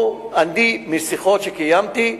משיחות שקיימתי,